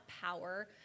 power